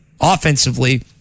Offensively